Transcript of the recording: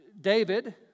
David